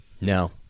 No